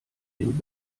dem